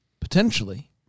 potentially